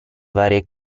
varie